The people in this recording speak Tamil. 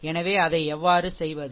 எனவே அதை எவ்வாறு செய்வது